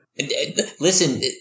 Listen